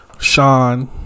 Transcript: Sean